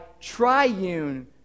triune